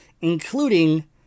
including